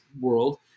world